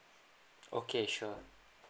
okay sure